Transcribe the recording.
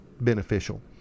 beneficial